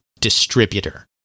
distributor